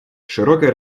широкая